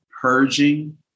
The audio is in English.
purging